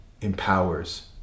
empowers